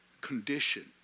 condition